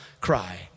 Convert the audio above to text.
cry